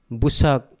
busak